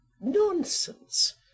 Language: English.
Nonsense